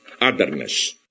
otherness